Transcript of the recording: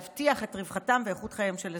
ולהבטיח את רווחתם ואיכות חייהם של אזרחיהם.